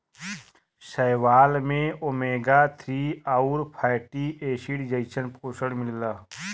शैवाल में omega three आउर फैटी एसिड जइसन पोषण मिलला